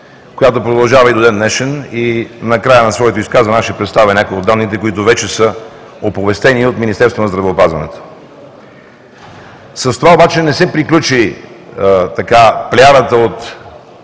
която продължава и до ден днешен и накрая на своето изказване аз ще представя някои от данните, които вече са оповестени от Министерство на здравеопазването. С това обаче не се приключи плеядата от